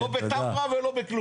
לא בתמרה ולא בכלום.